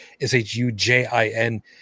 S-H-U-J-I-N